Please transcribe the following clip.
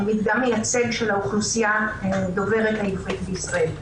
מדגם מייצג של האוכלוסייה דוברת העברית בישראל,